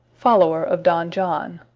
follower of don john.